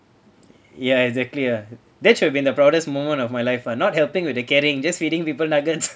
ya exactly ah that should be the proudest moment of my life ah not helping with the carrying just feeding people nuggets